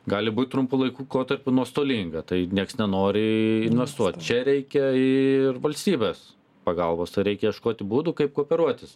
gali būt trumpu laik kotarpiu nuostolinga tai nieks nenori investuot čia reikia ir valstybės pagalbos reikia ieškoti būdų kaip kooperuotis